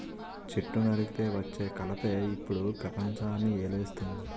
చెట్టు నరికితే వచ్చే కలపే ఇప్పుడు పెపంచాన్ని ఏలేస్తంది